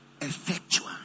Effectual